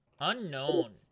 Unknown